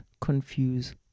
confuse